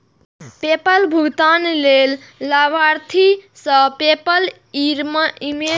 PayPal भुगतान लेल लाभार्थी सं पेपल ईमेल पता मांगि कें ओहि पर धनराशि भेजल जा सकैए